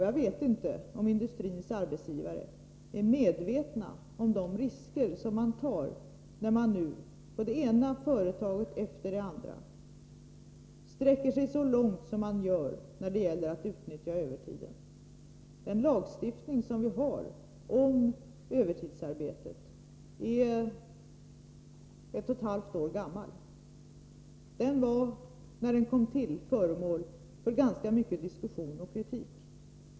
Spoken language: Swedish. Jag vet inte om industrins arbetsgivare är medvetna om de risker som de tar när de i dag, på det ena företaget efter det andra, sträcker sig så långt som de gör när det gäller att utnyttja övertiden. Den lagstiftning som vi har om övertidsarbete är ett och ett halvt år gammal. När den kom till var den föremål för ganska mycket diskussion och kritik.